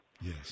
Yes